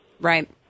Right